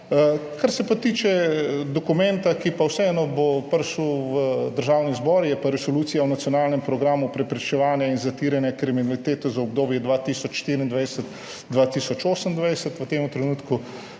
Kar se pa tiče dokumenta, ki bo vseeno prišel v Državni zbor, je pa resolucija o nacionalnem programu preprečevanja in zatiranja kriminalitete za obdobje 2024–2028. V tem trenutku